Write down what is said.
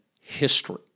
history